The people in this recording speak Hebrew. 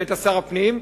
שהיית שר הפנים,